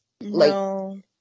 No